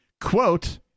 Quote